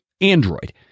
Android